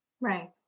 Right